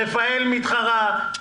רפא"ל מתחרה.